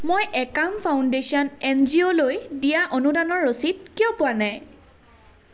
মই একাম ফাউণ্ডেশ্যন এনজিঅ'লৈ দিয়া অনুদানৰ ৰচিদ কিয় পোৱা নাই